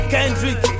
Kendrick